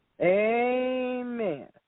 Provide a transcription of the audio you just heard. Amen